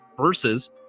Versus